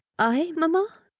i mamma?